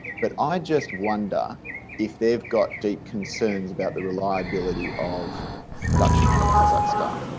but i just wonder if they have got deep concerns about the reliability of production out of kazakhstan?